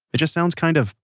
it just sounds kind of,